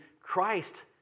Christ